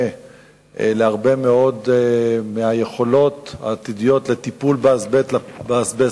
להרבה מאוד מהיכולות העתידיות לטיפול באזבסט,